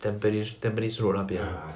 tampines tampines road 那边 ah